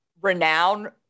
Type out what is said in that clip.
renowned